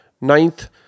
ninth